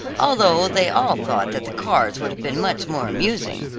although they all thought that the cars would have been much more amusing.